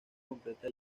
completa